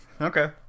Okay